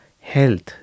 Health